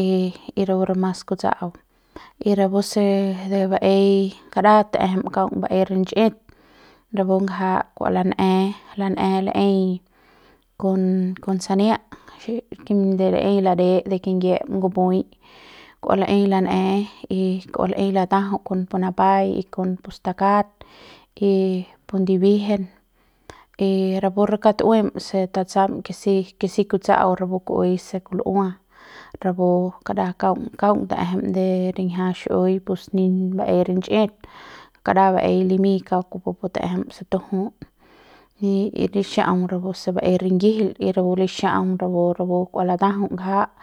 y y rapu re mas kutsa'au y rapu se de baei karat kaung ta'ejem baei rich'it rapu kangja kua lan'e lan'el laeiñ kon kon sania de laei lare de de kingyiep ngubu'ui kua laei lan'e y kua lei latajau kon pu tapai kon pu stakat y ndibiejen y rapu re kaung tu'ueiñ se tatsam ke si ke si kutsa'au rapu ku'uei se kul'ua rapu kara kaung kaung ta'ejem de riñja xi'iui pus ni baei rich'it kara baei limiñ kauk kupu pu ta'ejem se tujum nji y lixa'aung rapu se baei ringijil y rapu lixa'aung rapu rapu kua latajau ngja'.